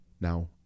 Now